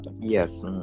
Yes